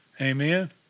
Amen